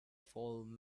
fallen